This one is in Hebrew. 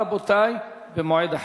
והצבעה, רבותי, במועד אחר.